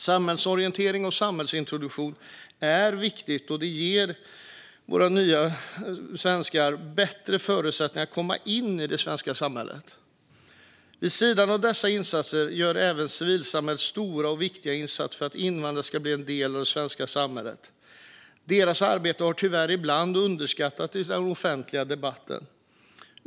Samhällsorientering och samhällsintroduktion är viktigt, då det ger våra nya svenskar bättre förutsättningar att komma in i det svenska samhället. Vid sidan av dessa insatser gör även civilsamhället stora och viktiga insatser för att invandrare ska bli en del av det svenska samhället. Deras arbete har tyvärr ibland underskattats i den offentliga debatten.